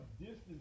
distance